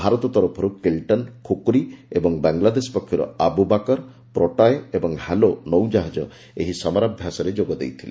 ଭାରତ ତରଫରୁ କିଲ୍ଟନ ଖୁକ୍ରୀ ଏବଂ ବାଂଲାଦେଶ ପକ୍ଷରୁ ଆବ୍ରବାକର ପ୍ରୋଟୟେ ଏବଂ ହ୍ୟାଲୋ ନୌ କାହାଜ ଏହି ସମରାଭ୍ୟାସରେ ଯୋଗ ଦେଇଥିଲେ